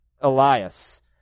Elias